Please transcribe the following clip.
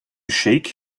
shake